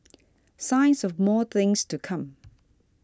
signs of more things to come